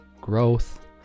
growth